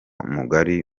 mugari